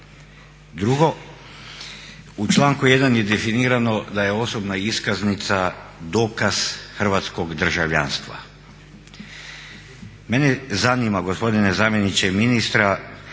Drugo, u članku 1. je definirano da je osobna iskaznica dokaz hrvatskog državljanstva. Mene zanima gospodine zamjeniče ministra